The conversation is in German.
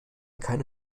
keine